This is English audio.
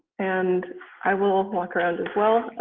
and i will walk around as well.